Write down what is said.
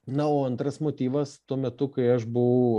na o antras motyvas tuo metu kai aš buvau